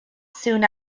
soon